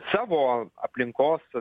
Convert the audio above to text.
savo aplinkos